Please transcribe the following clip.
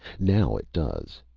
now it does!